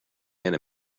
and